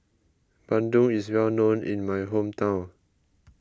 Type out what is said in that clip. Bandung is well known in my hometown